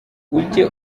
ujye